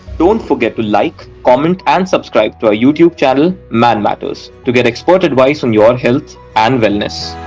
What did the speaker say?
don't forget to like, comment and subscribe to our youtube channel man matters to get expert advice on your health and wellness.